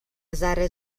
ذره